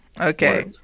okay